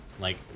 like-